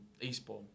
Eastbourne